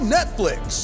Netflix